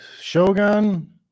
Shogun